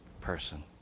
person